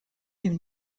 him